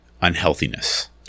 unhealthiness